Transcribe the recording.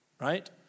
right